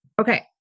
Okay